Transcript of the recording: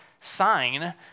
sign